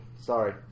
Sorry